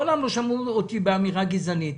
מעולם לא שמעו אותי באמירה גזענית.